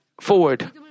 forward